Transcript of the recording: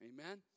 Amen